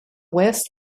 west